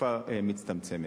התקופה מצטמצמת.